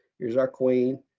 here's our queen.